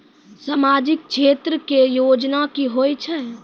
समाजिक क्षेत्र के योजना की होय छै?